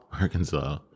Arkansas